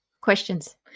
questions